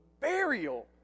Burial